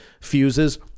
fuses